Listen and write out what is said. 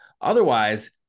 otherwise